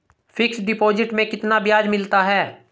Fix deposit में कितना ब्याज मिलता है?